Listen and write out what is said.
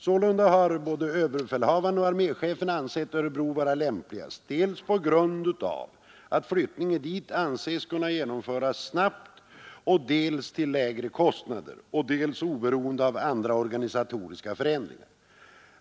Sålunda har både överbefälhavaren och arméchefen ansett Örebro vara lämpligare på grund av att flyttningen dit anses kunna genomföras snabbt, till de lägsta kostnaderna och oberoende av andra organisationsförändringar.